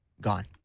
gone